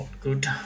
good